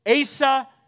Asa